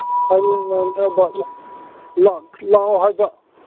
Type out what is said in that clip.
ꯍꯌꯦꯡ ꯅꯪꯅꯕ ꯂꯥꯛꯑꯣ ꯍꯥꯏꯕ